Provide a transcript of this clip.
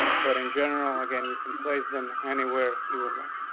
but in general again, you can place them anywhere you would like.